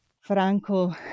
Franco